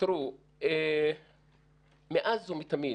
תראו, מאז ומתמיד,